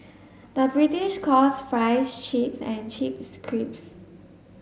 the British calls fries chips and chips crisps